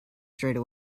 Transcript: straight